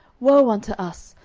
woe unto us!